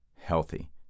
healthy